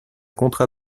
contrat